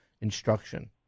instruction